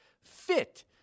fit